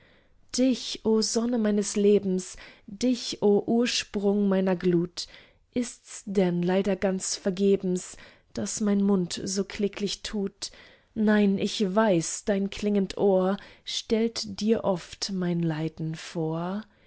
dich o sonne meines lebens dich o ursprung meiner glut ist's denn leider ganz vergebens daß mein mund so kläglich tut nein ich weiß dein klingend ohr stellt dir oft mein leiden vor